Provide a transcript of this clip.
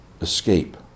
escape